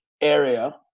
area